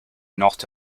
not